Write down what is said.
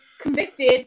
convicted